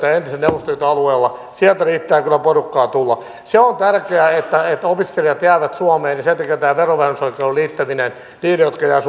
ja entisen neuvostoliiton alueella riittää tulijoita sieltä riittää kyllä porukkaa tulla se on tärkeää että että opiskelijat jäävät suomeen sen takia tämä verovähennysoikeuden liittäminen niille jotka jäävät